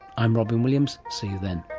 i'm robyn williams, see you then